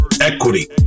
equity